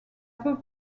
peu